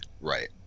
Right